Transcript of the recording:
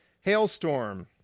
hailstorm